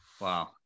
Wow